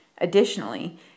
Additionally